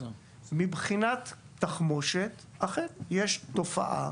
מבחינת תחמושת, אכן, יש תופעה